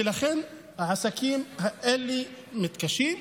ולכן העסקים האלה מתקשים,